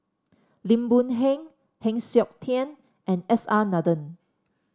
Lim Boon Heng Heng Siok Tian and S R Nathan